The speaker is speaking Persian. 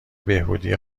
بهبودی